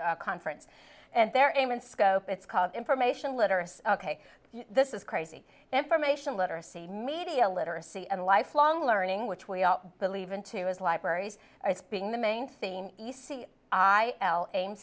conference and they're in scope it's called information literacy ok this is crazy information literacy media literacy and lifelong learning which we all believe in too is libraries it's being the main thing you see i aim